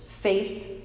faith